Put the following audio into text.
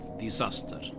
disaster